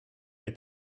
est